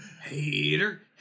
Hater